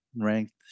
ranked